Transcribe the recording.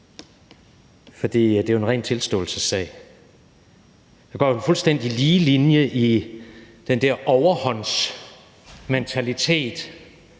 for det er jo en ren tilståelsessag. Der går jo en fuldstændig lige linje i den der overhåndsmentalitet,